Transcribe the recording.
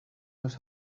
los